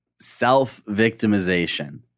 self-victimization